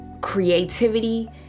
creativity